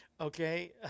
Okay